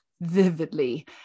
vividly